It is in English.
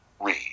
read